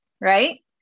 right